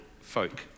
folk